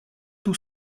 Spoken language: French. tout